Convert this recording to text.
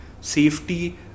Safety